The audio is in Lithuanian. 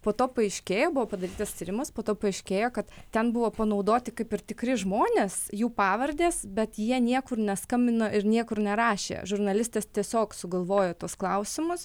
po to paaiškėjo buvo padarytas tyrimas po to paaiškėjo kad ten buvo panaudoti kaip ir tikri žmonės jų pavardės bet jie niekur neskambino ir niekur nerašė žurnalistės tiesiog sugalvojo tuos klausimus